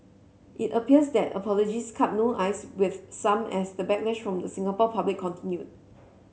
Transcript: it appears that apologies cut no ice with some as the backlash from the Singapore public continued